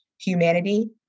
humanity